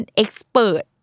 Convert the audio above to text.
expert